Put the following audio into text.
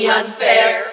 unfair